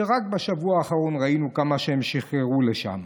שרק בשבוע האחרון ראינו כמה שהם שחררו לשם.